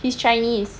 he's chinese